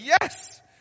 yes